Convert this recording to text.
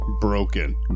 Broken